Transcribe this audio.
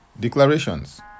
declarations